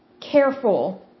careful